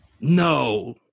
No